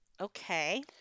Okay